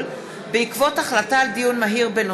בעקבות דיון מהיר בהצעתם של חברי הכנסת שרן השכל,